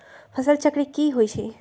फसल चक्र की होई छै?